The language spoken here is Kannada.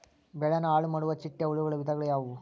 ಬೆಳೆನ ಹಾಳುಮಾಡುವ ಚಿಟ್ಟೆ ಹುಳುಗಳ ವಿಧಗಳು ಯಾವವು?